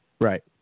Right